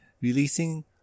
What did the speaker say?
releasing